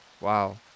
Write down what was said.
Wow